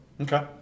Okay